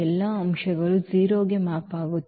ಗೆ ಮ್ಯಾಪ್ ಆಗುತ್ತವೆ